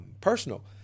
Personal